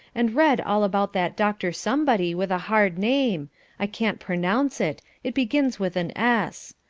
and read all about that dr. somebody, with a hard name i can't pronounce it, it begins with an s.